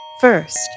First